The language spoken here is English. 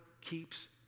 keeps